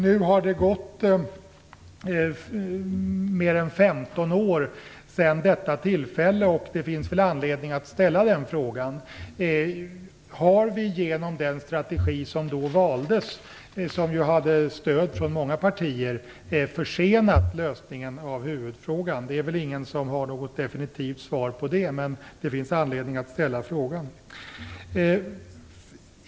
Nu har det gått mer än 15 år sedan detta tillfälle. Det finns alltså anledning att ställa frågan: Har vi genom den strategi som då valdes och som hade stöd från många partier försenat lösningen av huvudfrågan? Det är väl ingen som har något definitivt svar på detta, men det finns anledning att ställa frågan.